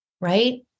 right